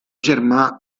germà